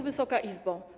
Wysoka Izbo!